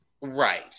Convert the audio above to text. Right